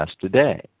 today